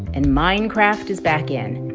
and minecraft is back in.